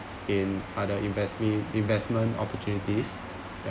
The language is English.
in other investme~ investment opportunities